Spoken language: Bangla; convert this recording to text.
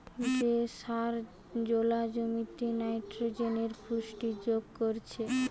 যে সার জোলা জমিতে নাইট্রোজেনের পুষ্টি যোগ করছে